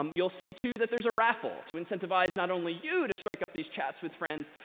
um you'll see, too, that there's a raffle to incentivize not only you to strike up these chats with friends,